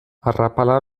arrapala